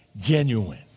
genuine